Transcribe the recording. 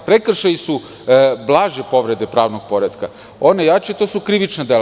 Prekršaji su blaže povrede pravnog poretka, one jače to su krivična dela.